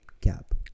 gap